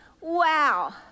wow